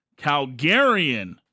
Calgarian